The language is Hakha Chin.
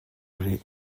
rih